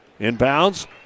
Inbounds